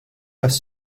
tas